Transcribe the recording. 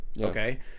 Okay